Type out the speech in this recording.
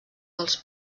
dels